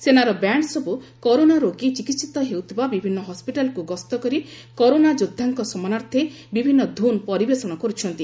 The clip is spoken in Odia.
ସେନାର ବ୍ୟାଣ୍ଡସବୁ କରୋନା ରୋଗୀ ଚିକିହିତ ହେଉଥିବା ବିଭିନ୍ନ ହସ୍କିଟାଲ୍କୁ ଗସ୍ତ କରି କରୋନା ଯୋଦ୍ଧାଙ୍କ ସମ୍ମାନାର୍ଥେ ବିଭିନ୍ନ ଧୁନ୍ ପରିବେଷଣ କରୁଛନ୍ତି